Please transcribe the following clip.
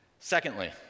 Secondly